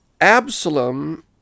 Absalom